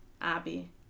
Abby